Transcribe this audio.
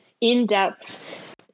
in-depth